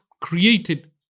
created